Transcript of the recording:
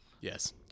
Yes